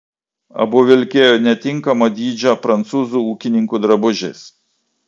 abu vilkėjo netinkamo dydžio prancūzų ūkininkų drabužiais